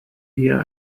eher